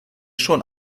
schon